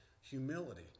humility